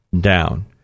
down